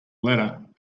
ladder